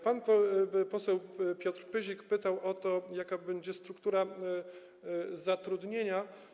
Pan poseł Piotr Pyzik pytał o to, jaka będzie struktura zatrudnienia.